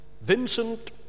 Vincent